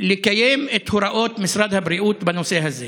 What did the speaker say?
לקיים את הוראות משרד הבריאות בנושא הזה.